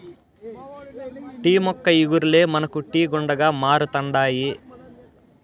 tea మొక్క ఇగుర్లే మనకు టీ గుండగా మారుతండాయి